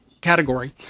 category